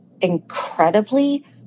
incredibly